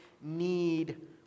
need